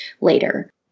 later